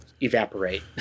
evaporate